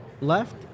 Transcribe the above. left